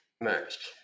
Next